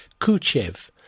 Kuchev